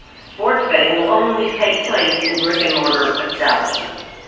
sports betting will only take place in brick and mortar establishments.